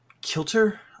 kilter